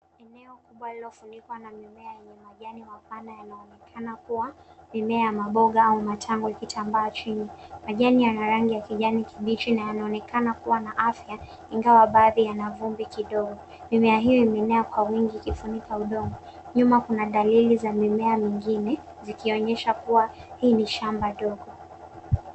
Eneo kubwa lililofunikwa na mimea yenye majani mapana yanaonekana kuwa mimea ya maboga au matangu yakitambaa chini. Majani yana rangi ya kijani kibichi na yanaonekana kuwa na afya ingawa baadhi yana vumbi kidogo. Mimea hiyo imeenea kwa wingi ikifunika udongo. Nyuma kuna dalili za mimea mingine zikionyesha kuwa hii ni shamba dogo.